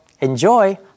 enjoy